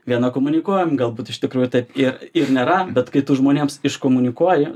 vieną komunikuojam galbūt iš tikrųjų taip ir ir nėra bet kai tu žmonėms iškomunikuoji